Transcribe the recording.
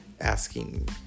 asking